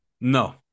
no